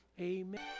Amen